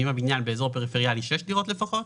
ואם הבניין באזור פריפריאלי 6 דירות לפחות.